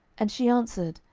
and she answered,